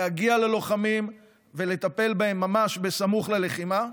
להגיע ללוחמים ולטפל בהם ממש סמוך ללחימה,